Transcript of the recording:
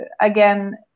again